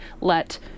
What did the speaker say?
let